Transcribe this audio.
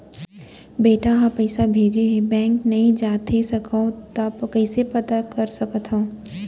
बेटा ह पइसा भेजे हे बैंक नई जाथे सकंव त कइसे पता कर सकथव?